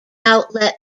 outlet